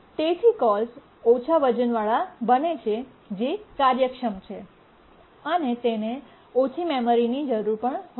તેથી કોલ્સ ઓછા વજનવાળા બને છે જે કાર્યક્ષમ છે અને તેને ઓછી મેમરીની જરૂર પણ હોય છે